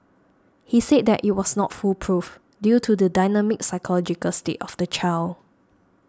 he said that it was not foolproof due to the dynamic psychological state of the child